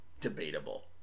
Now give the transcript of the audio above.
Debatable